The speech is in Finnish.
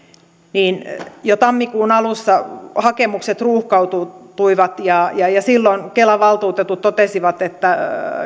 niin jo tammikuun alussa hakemukset ruuhkautuivat ja ja silloin kelan valtuutetut totesivat että